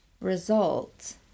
result